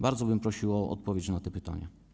Bardzo bym prosił o odpowiedź na te pytania.